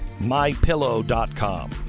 MyPillow.com